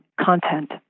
content